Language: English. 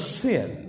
sin